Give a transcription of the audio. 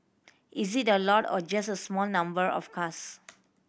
is it a lot or just a small number of cars